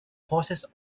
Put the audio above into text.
crosses